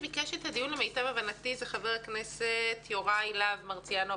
למיטב הבנתי את הדיון ביקש חבר הכנסת יוראי להב מרציאנו,